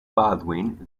baldwin